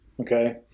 Okay